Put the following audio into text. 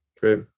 Great